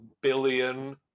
billion